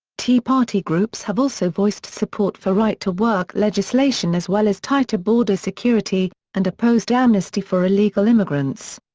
tea party groups have also voiced support for right to work legislation as well as tighter border security, and opposed amnesty for illegal immigrants.